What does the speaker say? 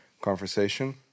conversation